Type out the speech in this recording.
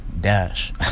dash